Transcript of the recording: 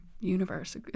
universe